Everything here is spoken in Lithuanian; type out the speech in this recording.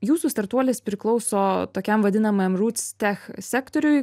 jūsų startuolis priklauso tokiam vadinamajam rūts tech sektoriui